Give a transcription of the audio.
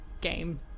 game